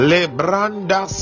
Lebranda